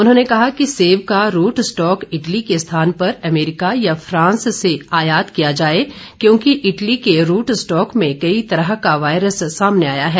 उन्होंने कहा कि सेब का रूट स्टॉक इटली के स्थान पर अमेरिका या फ्रांस से आयात किया जाए क्योंकि इटली के रूट स्टॉक में कई तरह का वायरस सामने आया है